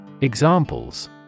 Examples